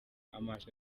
amaso